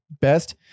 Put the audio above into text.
best